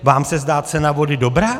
Vám se zdá cena vody dobrá?